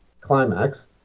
climax